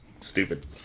stupid